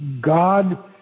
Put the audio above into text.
God